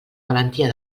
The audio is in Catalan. valentia